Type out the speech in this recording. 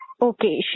Okay